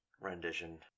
rendition